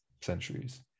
centuries